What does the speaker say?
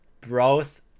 browse